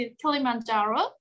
Kilimanjaro